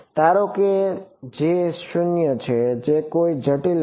ધારો કે J 0 છે તે કોઈ જટિલ નથી